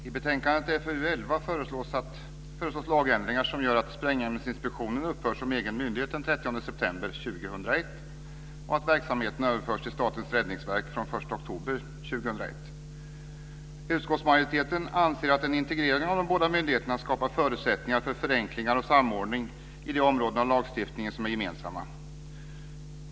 Fru talman! I betänkandet FöU11 föreslås lagändringar som gör att Sprängämnesinspektionen upphör som egen myndighet den 30 september 2001 och att verksamheten överförs till Statens räddningsverk från den 1 oktober 2001. Utskottsmajoriteten anser att en integrering av de båda myndigheterna skapar förutsättningar för förenklingar och samordning i de områden av lagstiftningen som är gemensamma.